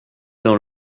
dans